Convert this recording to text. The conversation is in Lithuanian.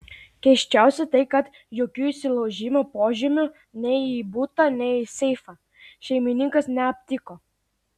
keisčiausia tai kad jokių įsilaužimo požymių nei į butą nei į seifą šeimininkas neaptiko